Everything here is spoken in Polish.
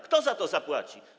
Kto za to zapłaci?